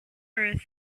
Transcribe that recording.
earth